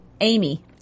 Amy